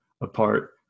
apart